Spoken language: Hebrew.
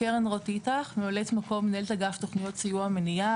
אני ממלאת מקום מנהלת אגף סיוע ומניעה,